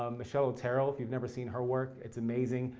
um michelle taro, if you've never seen her work, it's amazing.